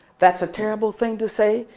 that's a terrible thing to say?